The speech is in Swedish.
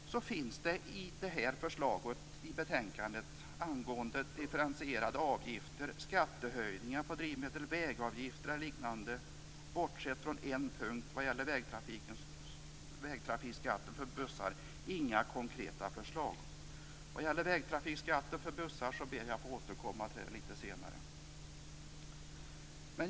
Därför finns det inga konkreta förslag i betänkandet angående differentierade avgifter, skattehöjningar på drivmedel, vägavgifter eller liknande, bortsett från på en punkt som gäller vägtrafikskatten för bussar, som jag ber att få återkomma till litet senare.